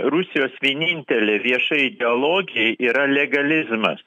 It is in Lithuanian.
rusijos vienintelė vieša ideologija yra legalizmas